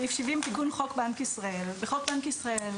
70.תיקון חוק בנק ישראל בחוק בנק ישראל,